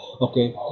Okay